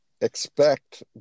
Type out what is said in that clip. Expect